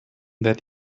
that